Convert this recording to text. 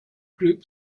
group